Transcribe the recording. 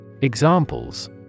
Examples